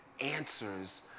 answers